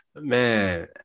man